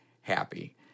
happy